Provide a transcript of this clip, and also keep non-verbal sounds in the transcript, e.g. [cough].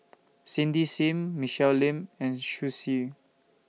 Cindy SIM Michelle Lim and [unintelligible] Xu